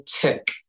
took